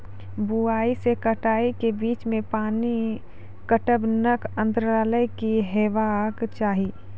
बुआई से कटाई के बीच मे पानि पटबनक अन्तराल की हेबाक चाही?